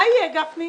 מה יהיה, גפני?